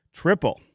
triple